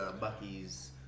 Bucky's